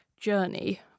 journey